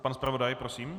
Pan zpravodaj, prosím.